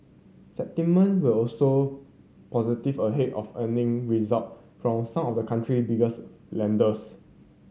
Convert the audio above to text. sentiment was also positive ahead of earning result from some of the country biggest lenders